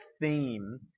theme